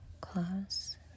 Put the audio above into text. class